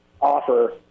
offer